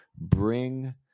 bring